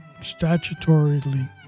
statutorily